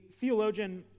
theologian